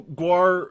guar